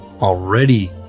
Already